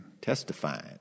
testifying